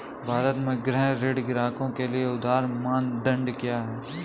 भारत में गृह ऋण ग्राहकों के लिए उधार मानदंड क्या है?